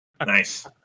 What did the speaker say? Nice